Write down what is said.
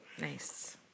Nice